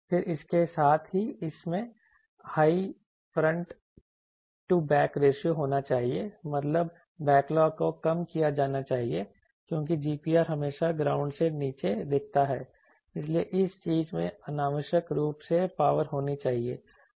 फिर इसके साथ ही इसमें high front to back ratio होना चाहिए मतलब बैकलॉग को कम किया जाना चाहिए क्योंकि GPR हमेशा ग्राउंड से नीचे दिखता है इसलिए इस चीज में अनावश्यक रूप से पावर होनी चाहिए